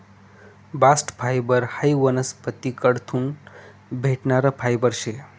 bast fibre हायी वनस्पतीस कडथून भेटणारं फायबर शे